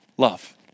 Love